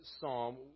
psalm